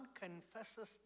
confesses